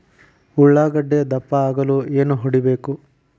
ಉಳ್ಳಾಗಡ್ಡೆ ದಪ್ಪ ಆಗಲು ಏನು ಹೊಡಿಬೇಕು?